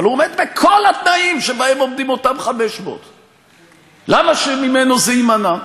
אבל הוא עומד בכל התנאים שבהם עומדים אותם 500. למה שממנו זה יימנע?